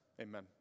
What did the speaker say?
Amen